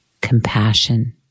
compassion